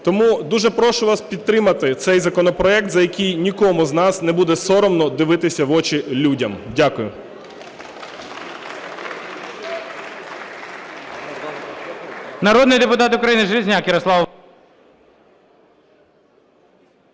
Тому дуже прошу вас підтримати цей законопроект, за який нікому з нас не буде соромно дивитися в очі людям. Дякую.